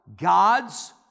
God's